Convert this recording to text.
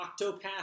Octopath